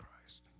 Christ